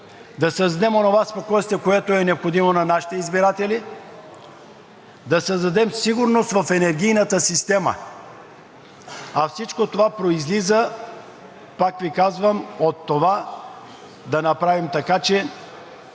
да създадем онова спокойствие, което е необходимо на нашите избиратели, да създадем сигурност в енергийната система. А всичко това произлиза, пак Ви казвам, от това да направим така, че